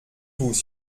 vous